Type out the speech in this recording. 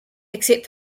except